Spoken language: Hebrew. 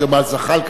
ג'מאל זחאלקה,